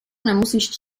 nemusíš